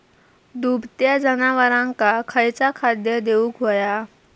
दुभत्या जनावरांका खयचा खाद्य देऊक व्हया?